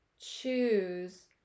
choose